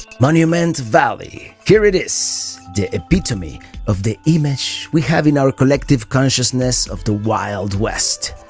monument valley, here it is, the epitome of the image we have in our collective consciousness of the wild west.